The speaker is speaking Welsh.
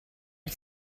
wyt